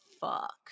fuck